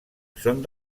són